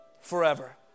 forever